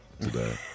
today